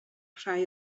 rhai